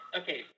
okay